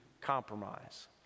compromise